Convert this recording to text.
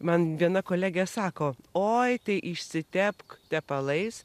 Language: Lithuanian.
man viena kolegė sako oi tai išsitepk tepalais